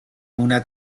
una